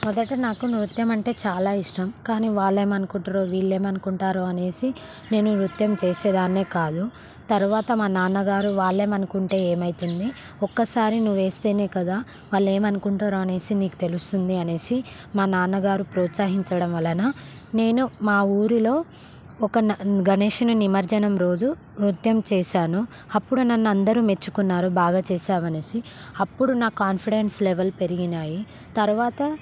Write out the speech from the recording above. మొదట నాకు నృత్యం అంటే చాలా ఇష్టం కానీ వాళ్ళు ఏమనుకుంటున్నారో వీళ్ళుమనుకుంటారో అనేసి నేను నృత్యం చేసేదాన్నే కాదు తర్వాత మా నాన్నగారు వాళ్ళు ఏమీ అనుకుంటే ఏమవుతుంది ఒక్కసారి నువ్వు వేస్తేనే కదా వాళ్ళు ఏమనుకుంటారో అనేసి నీకు తెలుస్తుంది అనేసి మా నాన్నగారు ప్రోత్సహించడం వలన నేను మా ఊరిలో ఒక గణేశుని నిమజ్జనం రోజు నృత్యం చేశాను అప్పుడు నన్ను అందరూ మెచ్చుకున్నారు బాగా చేశావనేసి అప్పుడు నాకు కాన్ఫిడెన్స్ లెవెల్స్ పెరిగినాయి తర్వాత